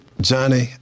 Johnny